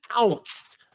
ounce